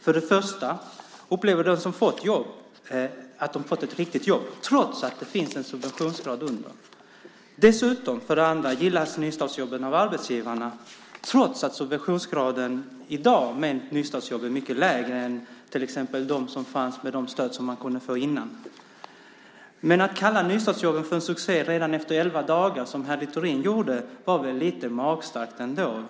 För det första: Upplever de som fått jobb att de fått ett riktigt jobb trots att det finns en subventionsgrad under? Dessutom, för det andra: Gillas nystartsjobben av arbetsgivarna trots att subventionsgraden i dag med nystartsjobben är mycket lägre än till exempel den som fanns med de stöd som man kunde få innan? Att kalla nystartsjobben för en succé redan efter elva dagar, som herr Littorin gjorde, var väl lite magstarkt ändå.